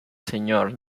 señor